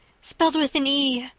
spelled with an e,